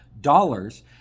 dollars